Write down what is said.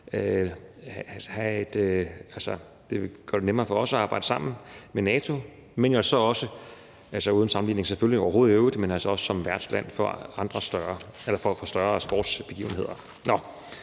Det gør det nemmere for os at arbejde sammen med NATO, men jo også – selvfølgelig uden sammenligning i øvrigt – at være værtsland ved større sportsbegivenheder.